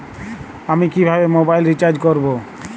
আমি কিভাবে mobile recharge করব?